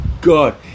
god